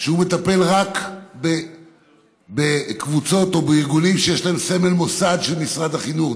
הוא מטפל רק בקבוצות או בארגונים שיש להם סמל מוסד של משרד החינוך,